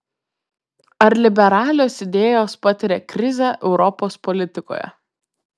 ar liberalios idėjos patiria krizę europos politikoje